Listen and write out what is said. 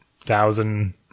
thousand